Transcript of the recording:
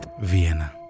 Vienna